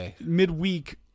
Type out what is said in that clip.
midweek